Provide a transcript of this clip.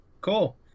cool